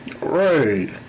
Right